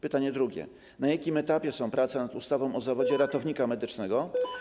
Pytanie drugie: Na jakim etapie są prace nad ustawą o zawodzie ratownika medycznego?